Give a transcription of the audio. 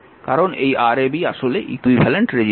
কারণ এই Rab আসলে ইকুইভ্যালেন্ট রেজিস্ট্যান্স